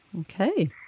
okay